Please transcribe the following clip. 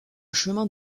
chemin